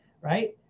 right